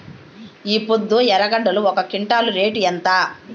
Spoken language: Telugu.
ఈపొద్దు ఎర్రగడ్డలు ఒక క్వింటాలు రేటు ఎంత?